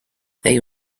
they